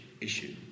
issue